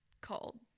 called